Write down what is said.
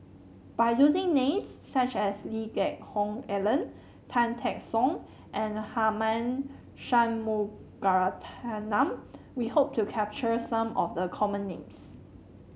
by using names such as Lee Geck Hoon Ellen Tan Teck Soon and Tharman Shanmugaratnam we hope to capture some of the common names